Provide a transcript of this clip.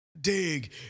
dig